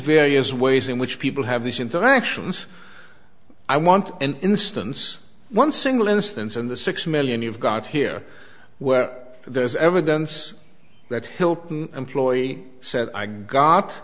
various ways in which people have these interactions i want an instance one single instance in the six million you've got here where there's evidence that hilton employee said i got